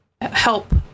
help